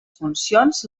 funcions